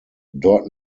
dort